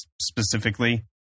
specifically